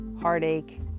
heartache